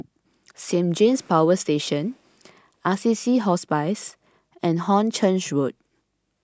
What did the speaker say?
Saint James Power Station Assisi Hospice and Hornchurch Road